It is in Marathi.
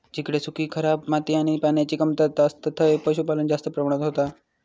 जिकडे सुखी, खराब माती आणि पान्याची कमतरता असता थंय पशुपालन जास्त प्रमाणात होता